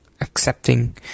accepting